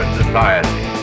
society